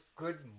good